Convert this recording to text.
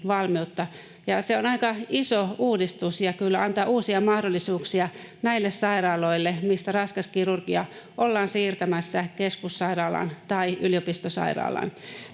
Se on aika iso uudistus, joka kyllä antaa uusia mahdollisuuksia näille sairaaloille, mistä raskas kirurgia ollaan siirtämässä keskussairaalaan tai yliopistosairaalaan.